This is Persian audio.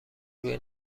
روی